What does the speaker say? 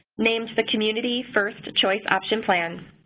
named the community first choice option plan.